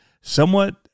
somewhat